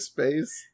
Space